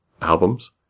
albums